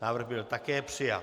Návrh byl také přijat.